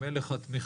אם אין לך תמיכה,